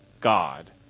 God